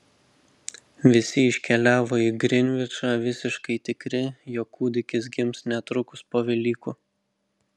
visi iškeliavo į grinvičą visiškai tikri jog kūdikis gims netrukus po velykų